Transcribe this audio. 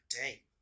day